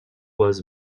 was